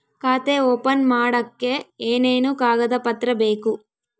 ಖಾತೆ ಓಪನ್ ಮಾಡಕ್ಕೆ ಏನೇನು ಕಾಗದ ಪತ್ರ ಬೇಕು?